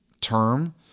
term